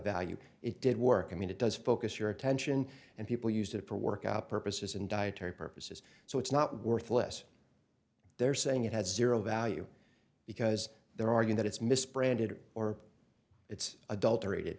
value it did work i mean it does focus your attention and people used to work out purposes and dietary purposes so it's not worthless they're saying it has zero value because there are going that it's misbranded or it's adulter